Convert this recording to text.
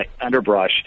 underbrush